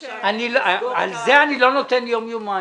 שלושה לסגור את -- על זה אני לא אותן יום יומיים.